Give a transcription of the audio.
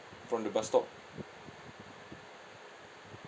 from the bus stop